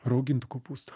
raugintų kopūstų